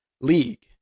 league